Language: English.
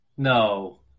No